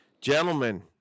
Gentlemen